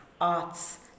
arts